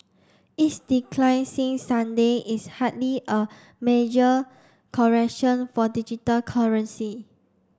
its decline since Sunday is hardly a major correction for digital currency